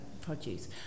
produce